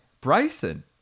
Bryson